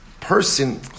person